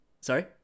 Sorry